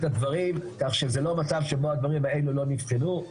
הדברים כך שזה לא מצב שבו הדברים האלה לא נבחנו,